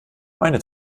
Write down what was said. meine